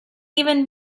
even